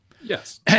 Yes